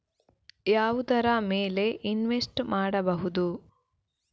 ಯಾವುದರ ಮೇಲೆ ಇನ್ವೆಸ್ಟ್ ಮಾಡಬಹುದು?